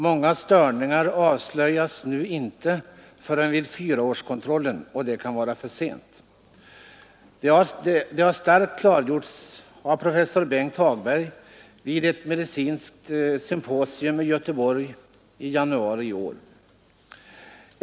Många störningar avslöjas nu inte förrän vid fyraårskontrollen, och det kan vara för sent. Detta har klargjorts av professor Bengt Hagberg vid ett medicinskt symposium i Göteborg i januari i år.